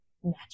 natural